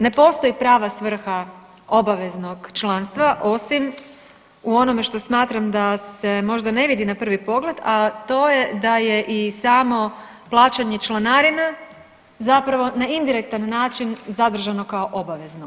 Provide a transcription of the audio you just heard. Ne postoji prava svrha obaveznog članstva osim u onome što smatram da se možda ne vidi na prvi pogled, a to je da je i samo plaćanje članarine, zapravo na indirektan način zadržano kao obavezno.